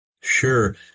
Sure